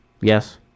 Yes